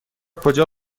کجا